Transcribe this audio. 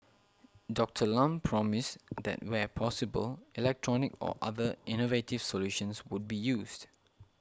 Doctor Lam promised that where possible electronic or other innovative solutions would be used